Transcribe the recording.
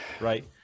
right